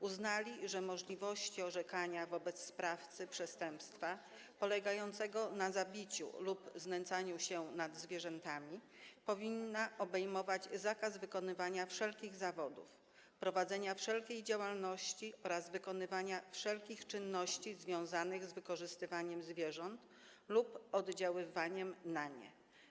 Uznali, że możliwość orzekania wobec sprawcy przestępstwa polegającego na zabiciu zwierzęcia lub znęcaniu się nad nim powinna obejmować zakaz wykonywania wszelkich zawodów, prowadzenia wszelkiej działalności oraz wykonywania wszelkich czynności związanych z wykorzystywaniem zwierząt lub oddziaływaniem na nie.